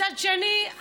מצד שני,